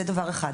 זה דבר אחד.